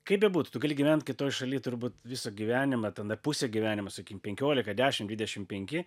kaip bebūtų tu gali gyvent kitoj šaly turbūt visą gyvenimą ten ar pusė gyvenimo sakykim penkiolika dešim dvidešim penki